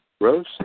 Rose